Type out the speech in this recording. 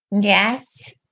Yes